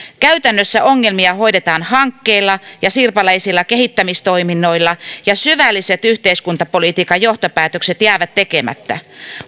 käytännössä ongelmia hoidetaan hankkeilla ja sirpaleisilla kehittämistoiminnoilla ja syvälliset yhteiskuntapolitiikan johtopäätökset jäävät tekemättä